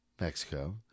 Mexico